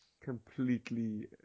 completely